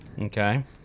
Okay